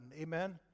Amen